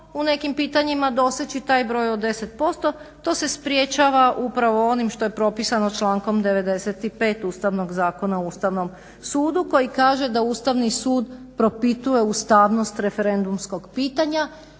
u nekim pitanjima doseći taj broj od 10%. To se sprječava upravo onim što je propisano člankom 95. Ustavnog zakona o Ustavnom sudu koji kaže da Ustavni sud propituje ustavnost referendumskog pitanja